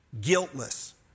guiltless